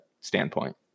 standpoint